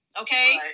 Okay